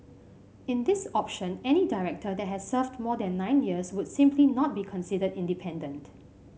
in this option any director that has served more than nine years would simply not be considered independent